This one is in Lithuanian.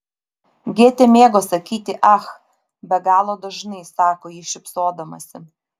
gėtė mėgo sakyti ach be galo dažnai sako ji šypsodamasi